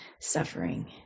suffering